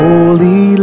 Holy